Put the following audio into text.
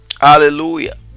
hallelujah